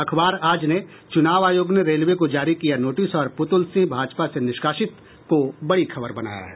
अखबार आज ने चुनाव आयोग ने रेलवे को जारी किया नोटिस और पुतुल सिंह भाजपा से निष्कासित को बड़ी खबर बनाया है